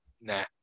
Nah